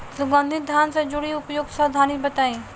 सुगंधित धान से जुड़ी उपयुक्त सावधानी बताई?